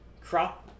crop